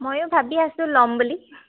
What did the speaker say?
ময়ো ভাবি আছোঁ ল'ম বুলি